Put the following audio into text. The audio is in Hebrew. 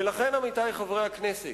ולכן, עמיתי חברי הכנסת,